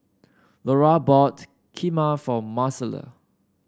Lora bought Kheema for Marcela